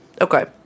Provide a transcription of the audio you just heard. okay